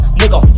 nigga